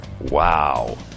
wow